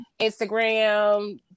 Instagram